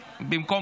אין מישהו שמתנגד,